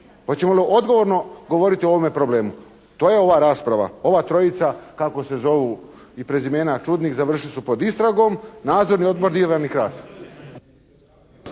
Hoćemo li odgovorno govoriti o ovome problemu? To je ova rasprava. Ova trojica kako se zovu, i prezimena čudnih završili su pod istragom. Nadzorni odbor divan i krasan.